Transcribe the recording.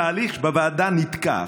התהליך בוועדה נתקע.